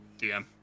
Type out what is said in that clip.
DM